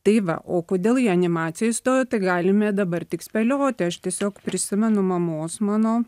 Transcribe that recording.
tai va o kodėl į animaciją įstojo tai galime dabar tik spėlioti aš tiesiog prisimenu mamos mano